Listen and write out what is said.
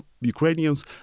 Ukrainians